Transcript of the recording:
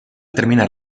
terminar